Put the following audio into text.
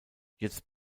jetzt